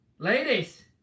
Ladies